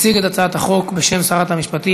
מציג את הצעת החוק בשם שרת המשפטים,